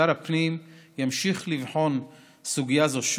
שר הפנים ימשיך לבחון סוגיה זו,